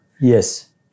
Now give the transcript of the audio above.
Yes